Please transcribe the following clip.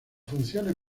funciones